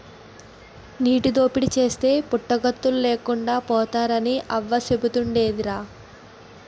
నీటి దోపిడీ చేస్తే పుట్టగతులు లేకుండా పోతారని అవ్వ సెబుతుండేదిరా